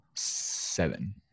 seven